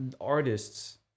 artists